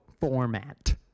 format